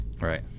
Right